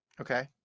Okay